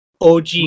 OG